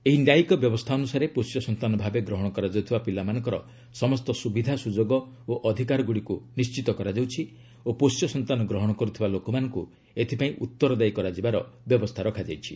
ଏହି ନ୍ୟାୟିକ ବ୍ୟବସ୍ଥା ଅନୁସାରେ ପୋଷ୍ୟ ସନ୍ତାନ ଭାବେ ଗ୍ରହଣ କରାଯାଉଥିବା ପିଲାଙ୍କର ସମସ୍ତ ସୁବିଧା ସୁଯୋଗ ଓ ଅଧିକାରକୁ ନିର୍ଣ୍ଣିତ କରାଯାଉଛି ଓ ପୋଷ୍ୟ ସନ୍ତାନ ଗ୍ରହଣ କରୁଥିବା ଲୋକମାନଙ୍କୁ ଏଥିପାଇଁ ଉତ୍ତରଦାୟି କରାଯିବାର ବ୍ୟବସ୍ଥା ରହିଛି